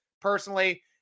Personally